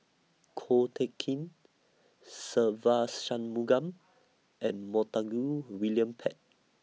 Ko Teck Kin Se Ve Shanmugam and Montague William Pett